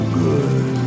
good